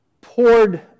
poured